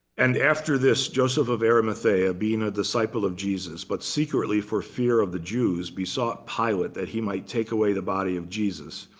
and after this, joseph of arimathea, being a disciple of jesus, but secretly for fear of the jews, besought pilate that he might take away the body of jesus.